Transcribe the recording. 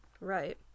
Right